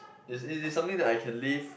is is something that I can live